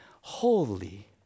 holy